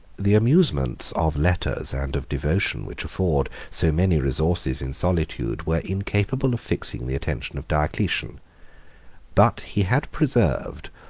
the amusements of letters and of devotion, which afford so many resources in solitude, were incapable of fixing the attention of diocletian but he had preserved,